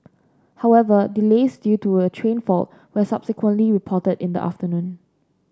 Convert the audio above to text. however delays due to a train fault were subsequently reported in the afternoon